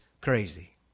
crazy